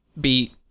beat